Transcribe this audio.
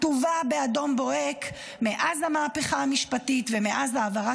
כתובה באדום בוהק מאז המהפכה המשפטית ומאז העברת